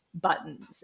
buttons